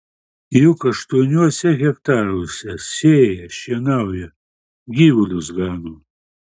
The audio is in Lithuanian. juk aštuoniuose hektaruose sėja šienauja gyvulius gano